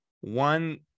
one